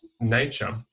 nature